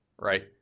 right